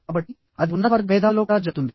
కాబట్టి అది ఉన్నతవర్గ మేధావులలో కూడా జరుగుతుంది